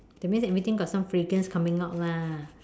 that means everything got some fragrance coming out lah